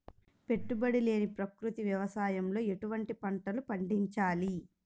పెట్టుబడి లేని ప్రకృతి వ్యవసాయంలో ఎటువంటి పంటలు పండించాలి?